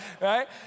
right